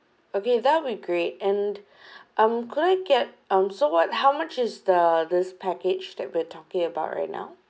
okay that'll be great and um could I get um so what how much is the this package that we're talking about right now